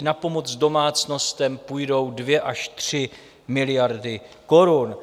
Na pomoc domácnostem půjdou 2 až 3 miliardy korun.